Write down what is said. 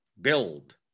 Build